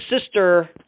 sister